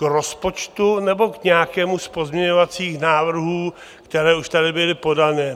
K rozpočtu, nebo k nějakému z pozměňovacích návrhů, které už tady byly podané?